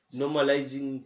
normalizing